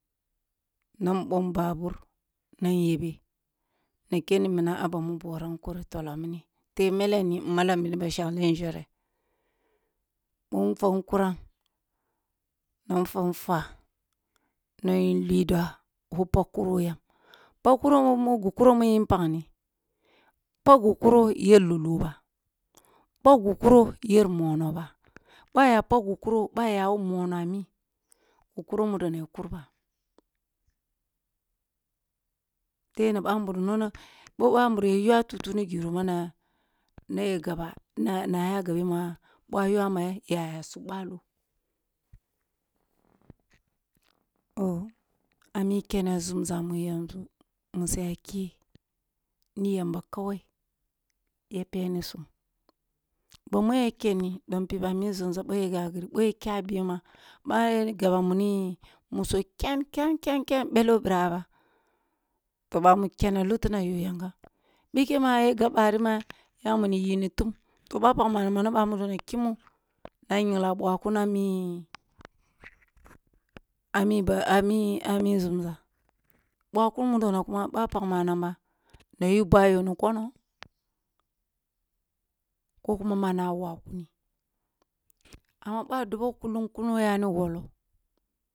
Nan ɓag babur nan yabe na kam minang a ba mu barah nkewi tolomini tebe mele ni mmalang ba shakli nzhere, ɓoh nfwang nkuran na fwan-fwah na yur lidua wo pagh kuro yam pagh kuroh wo ghu kuroh mu yiring paghni, pagh ghu kuroh ya lullulo ba, pagh ghu kuroh yar mon ba, ɓoh aya pagh ghu kuroh ɓoh nya wo mono a i ghi kuroh ini ni kur ba, the ni ɓamburum nom ɓoh ɓamburum yu’ah a tutuh ni girhi yo ma, ma na nag aba nay a gabe ma, ɓoh a yuah ma ya sugh ɓolo, a mi kene nzumza mu yanzu mu sa ya ke ni yamba kawai ya punisum, ba mu ya kene dom pip a mi nzumza ɓoh ya ga ghiri ɓoh, ya kgah be ma, ma gaba muni muso ken, ken, ken, ken, ɓelo ɓirnba toh ɓamu kene luti nayo yakam, pikhem ma ya gab ɓari ma ya wuni yi ni tum toh ɓah pagh mamgha toh mani ɓamudo na kimmoh na yingla ɓakuna mi, ami ami nzum zah ɓakun mudo na kuma ɓoh a pagh manang ba na yu bahyo ni konoh ko kuma ma nah ɓa kun ba, amma ɓoh a dobe kulun kuno yani woloh